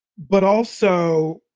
but also